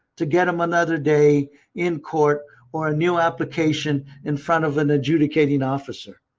to get them another day in court or a new application in front of an adjudicating officer.